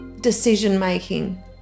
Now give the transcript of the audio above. decision-making